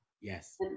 Yes